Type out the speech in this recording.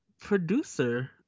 producer